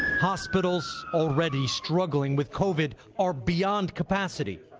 hospitals already struggling with covid are beyond capacity.